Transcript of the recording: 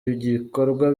ibikorwa